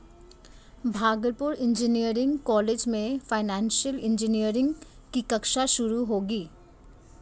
Bhagalpur engineering college में financial engineering की कक्षा शुरू होगी